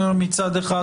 מצד אחד,